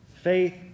Faith